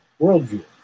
worldview